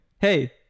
Hey